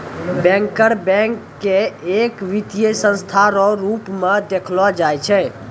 banker bank के एक वित्तीय संस्था रो रूप मे देखलो जाय छै